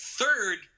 Third